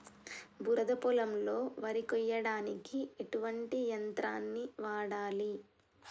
బురద పొలంలో వరి కొయ్యడానికి ఎటువంటి యంత్రాన్ని వాడాలి?